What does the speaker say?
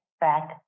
back